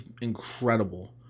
incredible